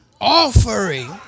offering